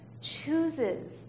chooses